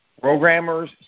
Programmers